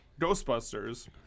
Ghostbusters